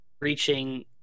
reaching